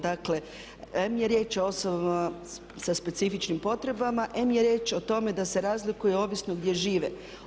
Dakle, em je riječ o osobama sa specifičnim potrebama, em je riječ o tome da se razlikuje ovisno gdje žive.